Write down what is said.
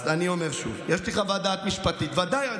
אז אני אומר שוב, יש לי חוות דעת משפטית, בוודאי.